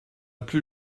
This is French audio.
plus